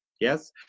Yes